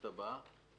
בכנסת הבאה.